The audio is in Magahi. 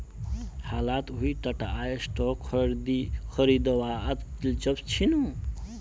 हालत मुई टाटार स्टॉक खरीदवात दिलचस्प छिनु